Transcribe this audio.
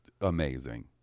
amazing